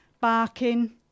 barking